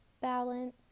balance